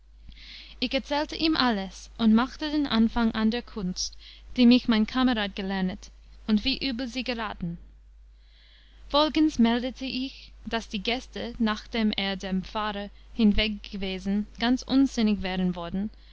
ich erzählte ihm alles und machte den anfang an der kunst die mich mein kamerad gelernet und wie übel sie geraten folgends meldete ich daß die gäste nachdem er der pfarrer hinweg gewesen ganz unsinnig wären worden